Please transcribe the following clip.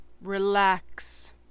Relax